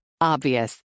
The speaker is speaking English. Obvious